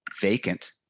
vacant